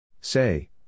Say